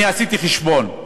אני עשיתי חשבון: